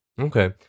Okay